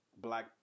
Black